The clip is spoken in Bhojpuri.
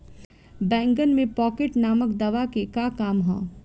बैंगन में पॉकेट नामक दवा के का काम ह?